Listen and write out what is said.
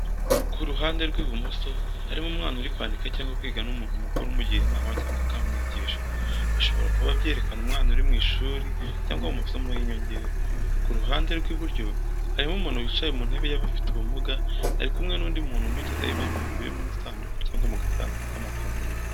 Ku ruhande rw’ibumoso harimo umwana uri kwandika cyangwa kwiga n’umuntu mukuru amugira inama cyangwa akamwigisha, bishobora kuba byerekana umwana uri mu ishuri cyangwa mu masomo y’inyongera. Ku ruhande rw’iburyo harimo umuntu wicaye mu ntebe y’abafite ubumuga, ari kumwe n’undi muntu umugezaho ibyo bintu biri mu isanduku cyangwa mu gasanduku k’amafunguro.